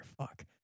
Fuck